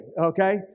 okay